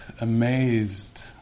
amazed